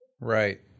Right